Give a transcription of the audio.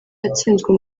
yatsinzwe